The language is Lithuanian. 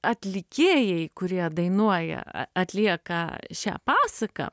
atlikėjai kurie dainuoja a atlieka šią pasaką